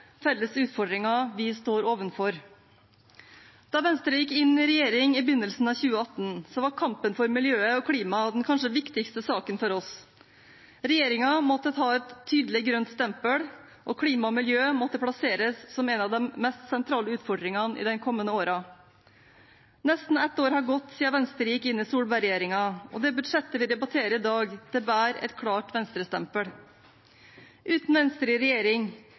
felles utfordringen vi står overfor. Da Venstre gikk inn i regjering i begynnelsen av 2018, var kampen for miljøet og klimaet den kanskje viktigste saken for oss. Regjeringen måtte ha et tydelig grønt stempel, og klima og miljø måtte plasseres som en av de mest sentrale utfordringene i de kommende årene. Nesten ett år har gått siden Venstre gikk inn i Solberg-regjeringen, og det budsjettet vi debatterer i dag, bærer et klart Venstre-stempel. Uten Venstre i regjering